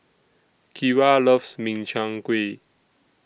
Kyra loves Min Chiang Kueh